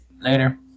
Later